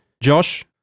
Josh